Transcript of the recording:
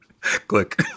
Click